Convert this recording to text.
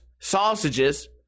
sausages